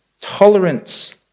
tolerance